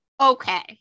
okay